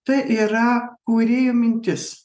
tai yra kūrėjo mintis